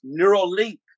Neuralink